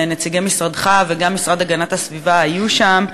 ונציגי משרדך וגם נציגי המשרד להגנת הסביבה היו שם.